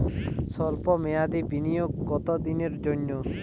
সল্প মেয়াদি বিনিয়োগ কত দিনের জন্য?